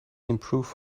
improve